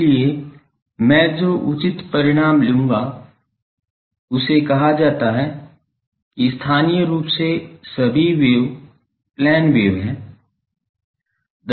इसलिए मैं जो उचित परिणाम लूंगा उसे कहा जाता है कि स्थानीय रूप से सभी वेव प्लेन वेव हैं